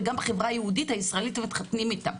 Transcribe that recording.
וגם חברה יהודית ישראלית מתחתנים איתן.